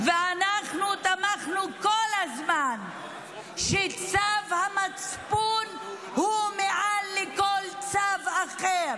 אנחנו תמכנו כל הזמן בכך שצו המצפון הוא מעל לכל צו אחר: